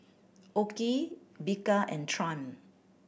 OKI Bika and Triumph